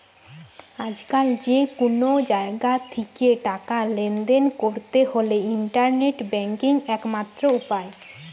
আজকাল যে কুনো জাগা থিকে টাকা লেনদেন কোরতে হলে ইন্টারনেট ব্যাংকিং একমাত্র উপায়